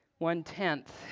one-tenth